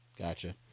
gotcha